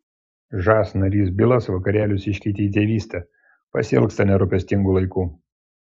žas narys bilas vakarėlius iškeitė į tėvystę pasiilgsta nerūpestingų laikų